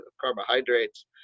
carbohydrates